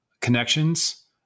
connections